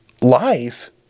life